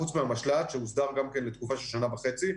חוץ מהמשל"ט שהוסדר גם כן לתקופה של שנה וחצי,